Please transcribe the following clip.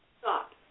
Stop